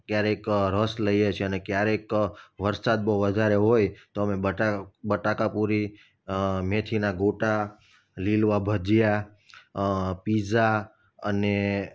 ક્યારેક રસ લઈએ છીએ અને ક્યારેક વરસાદ બહુ વધારે હોય તો અમે બટાકા પૂરી મેથીના ગોટા લીલવા ભજીયા પીઝા અને